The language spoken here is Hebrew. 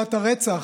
במגפת הרצח,